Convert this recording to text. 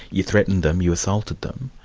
you threatened them, you assaulted them.